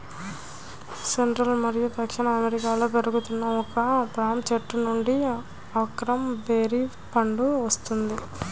central మరియు దక్షిణ అమెరికాలో పెరుగుతున్న ఒక పామ్ చెట్టు నుండి అకాయ్ బెర్రీ పండు వస్తుంది